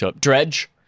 Dredge